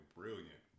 brilliant